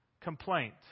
Complaint